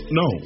no